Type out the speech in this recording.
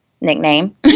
nickname